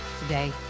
Today